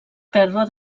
pèrdua